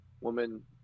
woman